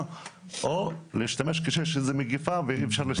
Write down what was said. או להשתמש כשיש איזה מגפה ואי אפשר להשתלט.